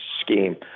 scheme